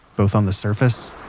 both on the surface,